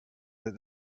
that